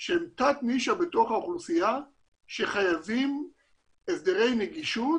שהם תת נישה בתוך האוכלוסייה שחייבים הסדרי נגישות